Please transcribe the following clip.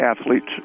athletes